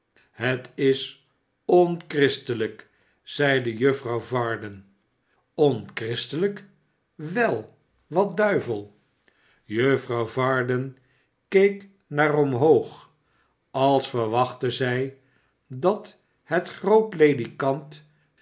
het is onchristelijk zeide juffrouw varden onchristelijk wel wat duivel juffrouw varden keek naar omhoog als verwachtte zij dat het groote ledikant